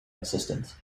assistant